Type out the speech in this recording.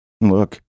Look